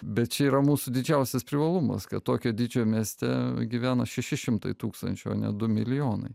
bet čia yra mūsų didžiausias privalumas kad tokio dydžio mieste gyvena šeši šimtai tūkstančių ne du milijonai